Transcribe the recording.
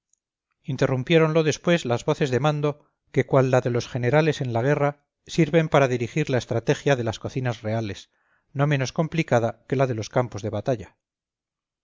silencio interrumpiéronlo después las voces de mando que cual la de los generales en la guerra sirven para dirigir la estrategia de las cocinas reales no menos complicada que la de los campos de batalla